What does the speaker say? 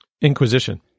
Inquisition